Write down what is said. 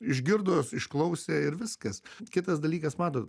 išgirdo jos išklausė ir viskas kitas dalykas matot